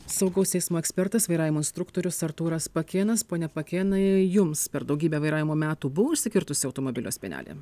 saugaus eismo ekspertas vairavimo instruktorius artūras pakėnas pone pakėnai jums per daugybę vairavimo metų buvo užsikirtusi automobilio spynelė